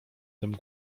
tym